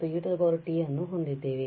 ಮತ್ತು e t ಅನ್ನು ಹೊಂದಿದ್ದೇವೆ